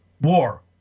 war